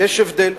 יש הבדל.